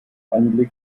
anblick